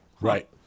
Right